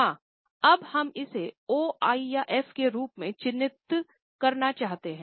हां अब हम इसे ओआई या एफ के रूप में चिह्नित करना चाहते हैं